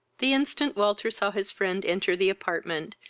the instant walter saw his friend enter the apartment,